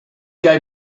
gave